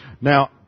Now